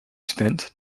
spent